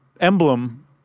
emblem